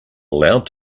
allowed